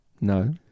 No